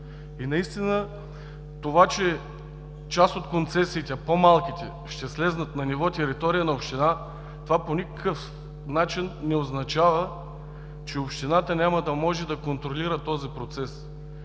И това, че част от концесиите – по-малките, ще слязат на ниво територия на община, това по никакъв начин не означава, че общината няма да може да контролира този процес.